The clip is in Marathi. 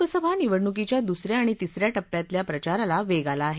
लोकसभा निवडणुकीच्या द्सऱ्या आणि तिसऱ्या टप्प्यातल्या प्रचाराला वेग आला आहे